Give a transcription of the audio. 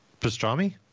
pastrami